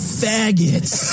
faggots